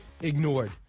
Ignored